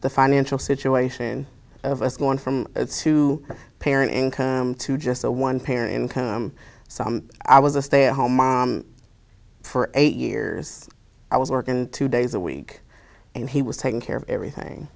the financial situation of us going from two parent income to just a one pair income so i was a stay at home mom for eight years i was working two days a week and he was taking care of everything